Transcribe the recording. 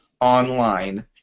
online